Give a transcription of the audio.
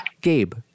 Gabe